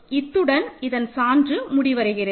இதனுடன் இதன் சான்று முடிவடைகிறது